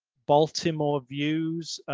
baltimore views.